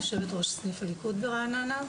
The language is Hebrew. יושבת ראש סניף הליכוד ברעננה,